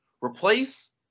replace